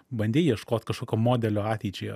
bandei ieškot kažkokio modelio ateičiai